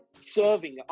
serving